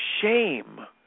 shame